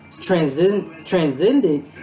transcended